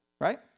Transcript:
right